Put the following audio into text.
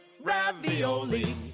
ravioli